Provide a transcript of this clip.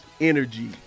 energy